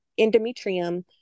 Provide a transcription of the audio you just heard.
endometrium